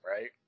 right